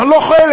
אנחנו לא חלק,